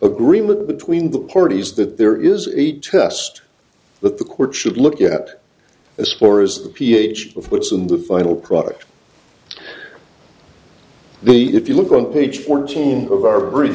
agreement between the parties that there is a test that the court should look at as far as the ph of what's in the final product the if you look on page fourteen of our